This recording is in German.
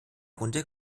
runde